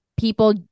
people